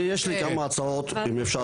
אדוני, אני יש לי כמה הצעות, אם אפשר.